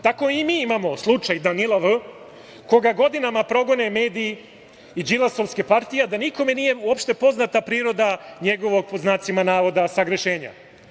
Tako i mi imamo slučaj Danila V. koga godinama progone mediji i đilasovske partije, a da nikome nije uopšte poznata priroda njegovog, pod znacima navoda, sagrešenja.